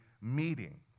meeting